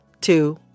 two